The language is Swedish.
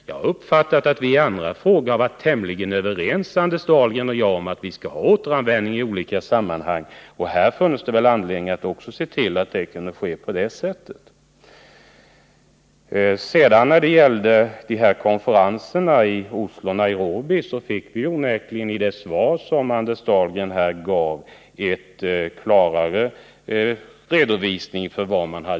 Jag har uppfattat att Anders Dahlgren och jag varit tämligen överens om återanvändningsbehovet i andra frågor. Också här finns det anledning se till att problemet kan lösas på det sättet. I det svar som Anders Dahlgren lämnade nu fick vi onekligen en klarare redovisning av vad man hade sysslat med på konferenserna i Oslo och Nairobi.